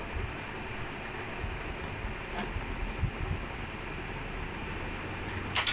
ya you have to do I mean like நிறைய கொடுத்திருக்காங்க:niraiya koduthirukkaanga so I really have to see err